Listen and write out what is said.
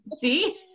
see